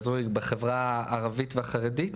בחברה הערבית והחרדית.